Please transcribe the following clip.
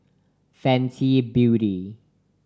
Fenty Beauty